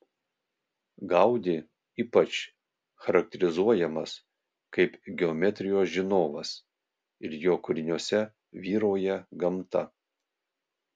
gaudi ypač charakterizuojamas kaip geometrijos žinovas ir jo kūriniuose vyrauja gamta